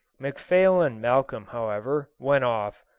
mcphail and malcolm, however, went off,